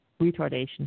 retardation